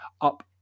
up